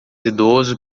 idoso